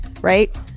right